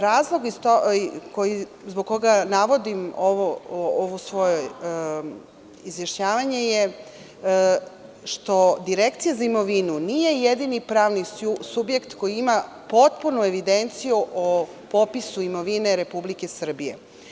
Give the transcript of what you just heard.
Razlog zbog koga navodim ovo jeste što Direkcija za imovinu nije jedini pravni subjekt koji ima potpunu evidenciju o popisu imovine Republike Srbije.